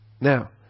Now